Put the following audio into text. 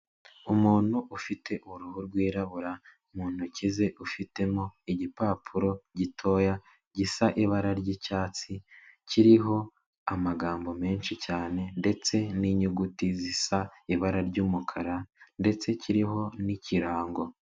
Umuntu ufite uruhu rwirabura mu ntoki ze ufitemo igipapuro gitoya gisa ibara ry'icyatsi kiriho amagambo menshi cyane ndetse n'inyuguti zisa ibara ry'umukara ndetse kiriho n'ikirango.